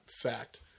fact